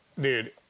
dude